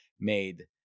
made